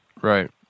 right